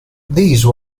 these